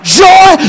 joy